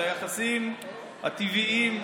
על היחסים הטבעיים,